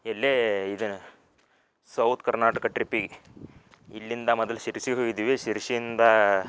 ಎಲ್ಲೇ ಇದು ಸೌತ್ ಕರ್ನಾಟಕ ಟ್ರಿಪ್ಪಿಗೆ ಇಲ್ಲಿಂದ ಮದಲ್ ಸಿರಿಸಿಗೆ ಹೋಗಿದ್ದೀವಿ ಸಿರಿಶಿಯಿಂದ